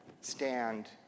stand